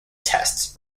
tests